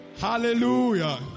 Hallelujah